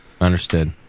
understood